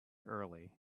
early